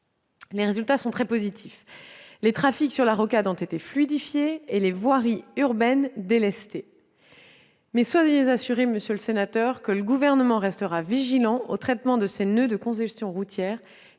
Les résultats sont très positifs : les trafics sur la rocade ont été fluidifiés et les voiries urbaines délestées. Mais soyez assuré, monsieur le sénateur, que le Gouvernement restera vigilant s'agissant du traitement de ces noeuds de congestion routière